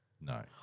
No